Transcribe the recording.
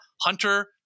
Hunter